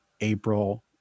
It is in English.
April